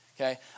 Okay